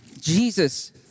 Jesus